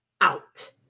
out